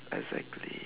exactly